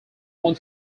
one